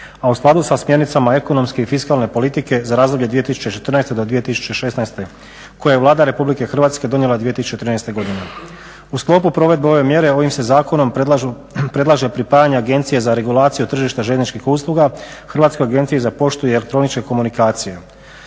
a u skladu sa smjernicama ekonomske i fiskalne politike za razdoblje 2014. do 2016. koje je Vlada Republike Hrvatske donijela 2013. godine. U sklopu provedbe ove mjere ovim se zakonom predlaže pripajanje agencije za regulaciju tržišta željezničkih usluga, Hrvatskoj agenciji za poštu i elektroničke komunikacije.